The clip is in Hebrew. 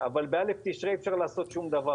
אבל בלי זה ב-א' תשרי לא נוכל לעשות דבר.